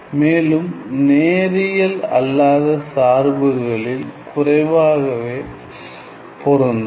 மேலும் நேரியல் அல்லாத சார்புகளில் குறைவாகவே பொருந்தும்